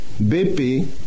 BP